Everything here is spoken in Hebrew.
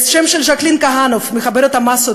השם של ז'קלין כהנוב, מחברת המסות